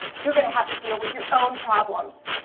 you're gonna have to deal with your own problems.